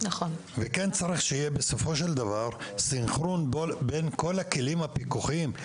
וכן צריך שיהיה בסופו של דבר סנכרון בין כל הכלים הפיקוחיים.